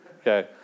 okay